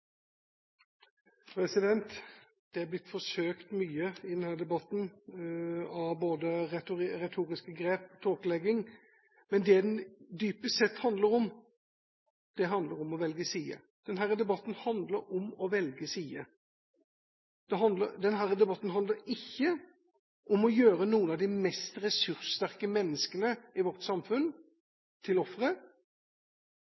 Det er blitt forsøkt mye i denne debatten, både av retoriske grep og tåkelegging, men det den dypest sett handler om, er å velge side. Denne debatten handler om å velge side. Denne debatten handler ikke om å gjøre noen av de mest ressurssterke menneskene i vårt samfunn